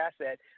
asset